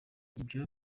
ibyo